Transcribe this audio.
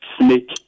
Snake